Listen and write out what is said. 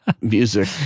music